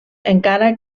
encara